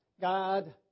God